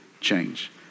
change